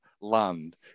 land